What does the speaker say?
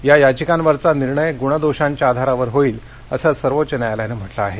या याचिकांवरचा निर्णय गूण दोषांच्या आधारावर होईल असं सर्वोच्च न्यायालयानं म्हंटल आहे